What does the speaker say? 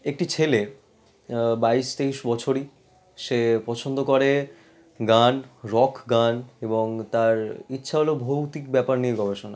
একটি ছেলে বাইশ তেইশ বছরের সে পছন্দ করে গান রক গান এবং তার ইচ্ছা হল ভৌতিক ব্যাপার নিয়ে গবেষণা